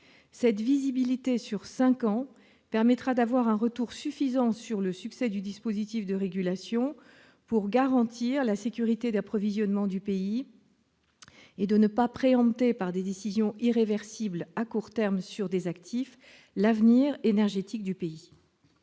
Cette visibilité sur cinq ans permettra d'avoir un retour suffisant sur le succès du dispositif de régulation pour garantir la sécurité d'approvisionnement du pays, et de ne pas préempter, par des décisions irréversibles à court terme sur des actifs, son avenir énergétique. La